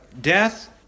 death